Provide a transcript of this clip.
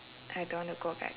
I don't want to go back